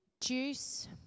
Juice